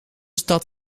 stad